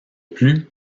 plus